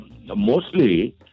mostly